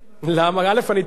אני תמיד במצב רוח טוב.